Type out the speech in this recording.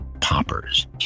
poppers